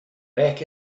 back